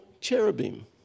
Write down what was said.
cherubim